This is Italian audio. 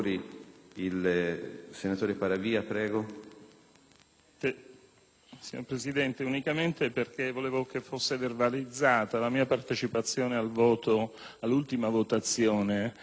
Signor Presidente, vorrei che fosse verbalizzata la mia partecipazione all'ultima votazione relativamente all'approvazione del disegno di legge n. 1152-B, che